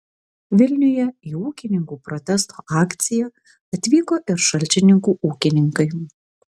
vilniuje į ūkininkų protesto akciją atvyko ir šalčininkų ūkininkai